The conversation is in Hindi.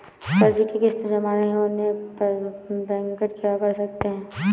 कर्ज कि किश्त जमा नहीं होने पर बैंकर क्या कर सकते हैं?